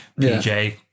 PJ